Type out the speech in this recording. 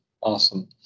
Awesome